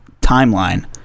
timeline